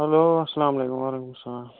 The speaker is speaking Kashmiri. ہَیٚلو اسلامُ علیکم وعلیکُم اسلام